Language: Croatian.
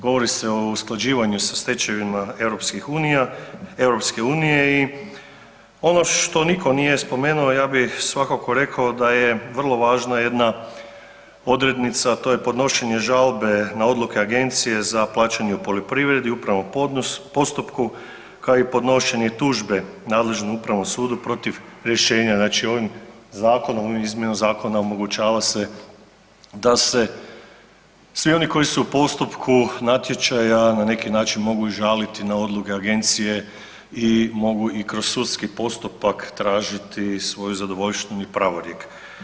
Govori se o usklađivanju sa stečevima europskih unija, Europske unije i ono što nitko nije spomenuo, ja bi svakako rekao da je vrlo važno jedna odrednica, to je podnošenje žalbe na odluke Agencije za plaćanje u poljoprivredi, upravo postupku kao i podnošenje tužbe nadležnom upravnom sudu protiv rješenja, znači ovim zakonom i izmjenom zakona omogućava se da se svi oni koji su u postupku natječaja na neki način mogu i žaliti na odluke Agencije i mogu i kroz sudski postupak tražiti svoju zadovoljštinu i pravorijek.